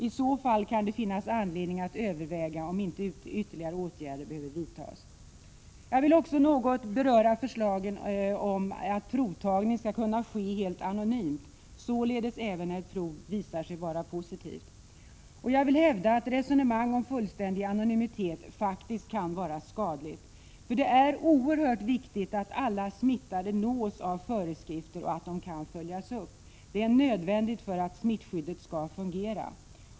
I så fall kan det finnas anledning att överväga om inte ytterligare åtgärder behöver vidtas. Jag vill också något beröra förslagen om att provtagning skall kunna ske helt anonymt, således även när ett prov visar sig vara positivt. Jag vill hävda att resonemang om fullständig anonymitet faktiskt kan vara skadlig. Det är oerhört viktigt att alla smittade nås av föreskrifter och att de kan följas upp. Det är nödvändigt för att smittskyddet skall fungera.